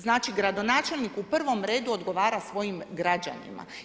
Znači gradonačelnik u prvom redu odgovara svojim građanima.